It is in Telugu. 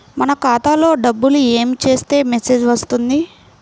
మన ఖాతాలో డబ్బులు ఏమి చేస్తే మెసేజ్ వస్తుంది?